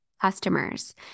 customers